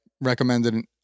recommended